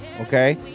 okay